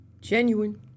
Genuine